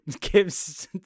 gives